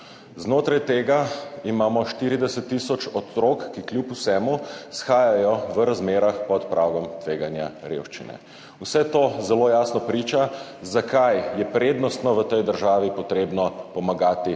Znotraj tega imamo 40 tisoč otrok, ki kljub vsemu shajajo v razmerah pod pragom tveganja revščine. Vse to zelo jasno priča, zakaj je prednostno v tej državi treba pomagati